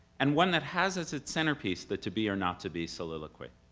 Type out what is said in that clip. and one that has as its centerpiece the to be or not to be soliloquy.